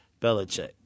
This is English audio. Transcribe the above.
Belichick